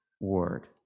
word